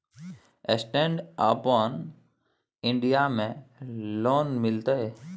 Stand up India में loan मिलते?